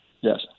Yes